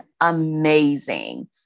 amazing